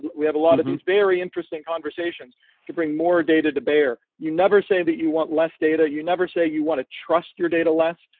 we have a lot of these very interesting conversations conversations to bring more data to bear. you never say that you want less data. you never say you want to trust your data less.